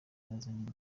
yazanye